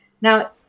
Now